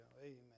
Amen